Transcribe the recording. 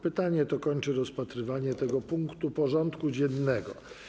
Pytanie to kończy rozpatrywanie tego punktu porządku dziennego.